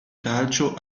calcio